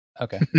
Okay